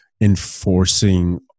enforcing